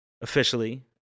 officially